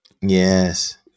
Yes